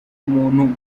umuntu